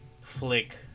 flick